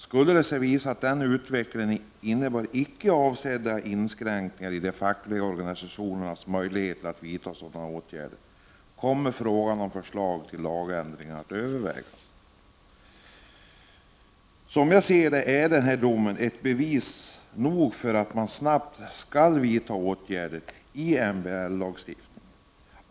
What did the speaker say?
Skulle det visa sig att utvecklingen innebär icke avsedda inskränkningar i de fackliga organisationernas möjligheter att vidta sådana åtgärder kommer frågan om förslag till lagändringar att övervägas.” Enligt min uppfattning är denna dom bevis nog för att man snabbt skall vidta åtgärder i MBL.